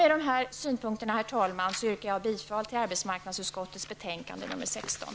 Med de här synpunkterna, herr talman, yrkar jag bifall till arbetsmarknadsutskottets hemställan i betänkande nr 16.